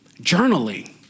journaling